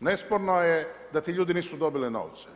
nesporno je da ti ljudi nisu dobili novce.